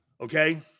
Okay